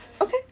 Okay